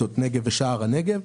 שדות נגב ושער הנגב.